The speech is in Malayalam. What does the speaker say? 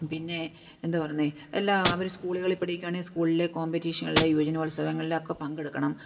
പിന്നെ എന്താ പറയുന്നത് എല്ലാ അവർ സ്കൂളുകളിൽ പഠിക്കുകയാണെങ്കിൽ സ്കൂളിലെ കോമ്പറ്റീഷനുകളിലെ യുവജനോത്സവങ്ങളിലൊക്കെ പങ്കെടുക്കണം